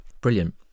Brilliant